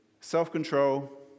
Self-control